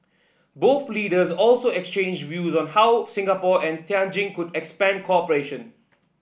both leaders also exchanged views on how Singapore and Tianjin could expand cooperation